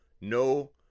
No